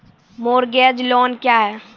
Mortgage loan क्या है?